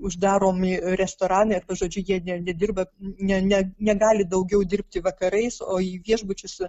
uždaromi restoranai arba žodžiu jie ne nedirba ne ne negali daugiau dirbti vakarais o į viešbučius